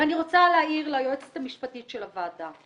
ואני רוצה שוב להעיר ליועצת המשפטית של הוועדה: